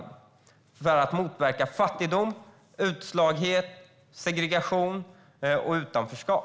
Det handlar om att motverka fattigdom, utslagning, segregation och utanförskap.